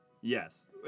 Yes